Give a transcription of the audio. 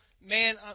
man